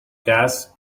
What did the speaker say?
gas